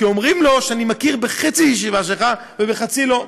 כי אומרים לו: אני מכיר בחצי ישיבה שלך ובחצי לא.